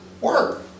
work